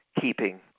keeping